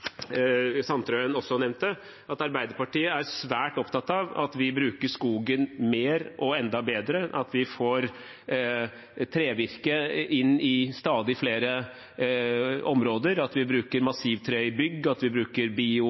Sandtrøen også nevnte i sitt glimrende innlegg, at Arbeiderpartiet er svært opptatt av at vi bruker skogen mer og enda bedre, og at vi får trevirke inn i stadig flere områder – at vi bruker massivtre i bygg, at vi bruker